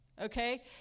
okay